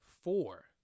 Four